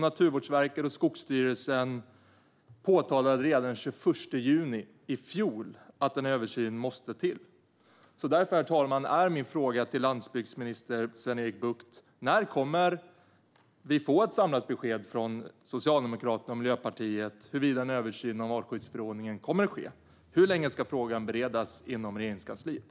Naturvårdsverket och Skogsstyrelsen påpekade redan den 21 juni i fjol att en översyn måste till. Herr talman! Min fråga till landsbygdsminister Sven-Erik Bucht är: När kommer vi att få ett samlat besked från Socialdemokraterna och Miljöpartiet om huruvida en översyn av artskyddsförordningen kommer att ske? Hur länge ska fråga beredas inom Regeringskansliet?